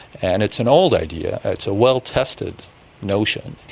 and it's an old idea and it's a well tested notion.